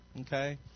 Okay